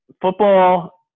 football